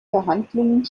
verhandlungen